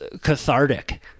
cathartic